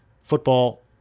football